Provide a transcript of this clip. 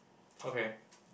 okay